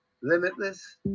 Limitless